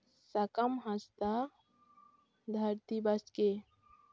ᱥᱟᱠᱟᱢ ᱦᱟᱸᱥᱫᱟ ᱫᱷᱟᱹᱨᱛᱤ ᱵᱟᱥᱠᱮ